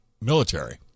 military